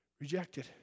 rejected